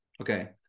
Okay